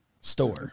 store